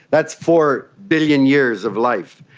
that's four billion years of life.